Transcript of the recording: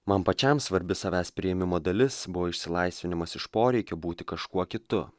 man pačiam svarbi savęs priėmimo dalis buvo išsilaisvinimas iš poreikio būti kažkuo kitu